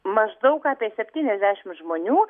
maždaug apie septyniasdešim žmonių